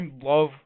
love